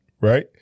right